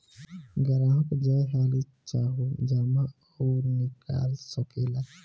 ग्राहक जय हाली चाहो जमा अउर निकाल सकेला